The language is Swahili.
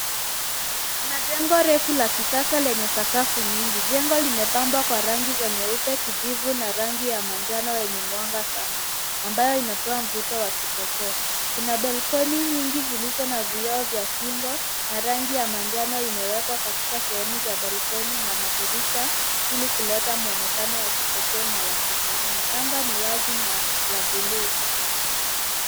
Kuna jengo refu la kisasa lenye sakafu nyingi. Jengo limepambwa kwa rangi za nyeupe, kijivu na rangi ya manjano yenye mwanga sana ambayo inatoa mvuto wa kipekee. Kuna belkoni nyingi zilizo na vioo vya kingo na rangi ya manjano imewekwa katika sehemu ya balkoni na madirisha ili kuleta muonekano wa kipekee na wa kisanaa. Anga ni wazi na la blue .